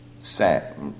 set